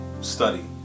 study